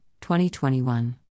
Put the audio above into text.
2021